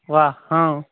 वाह हँ